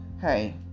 hey